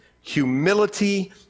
humility